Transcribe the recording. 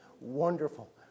wonderful